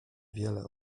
wiele